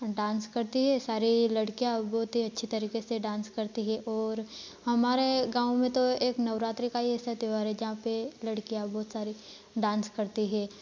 dance करती हैं सारी लडकियाँ बहुत ही अच्छे तरीके से डांस करती हैं और हमारे गाँव में तो एक नवरात्रि का ही ऐसा त्योहार है जहाँ पर लडकियाँ बहुत सारी डांस करती हैं